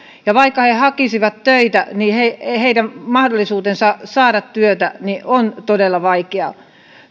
ja vaikka he hakisivat töitä niin heidän mahdollisuutensa saada työtä ovat sellaiset että se on todella vaikeaa